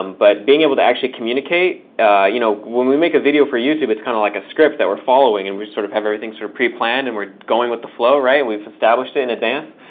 um but being able to actually communicate you know when we make a video for youtube it's kind of like a script that we're following. and we sort of have everything sort of preplanned, and we're going with the flow, and we've established it in advance.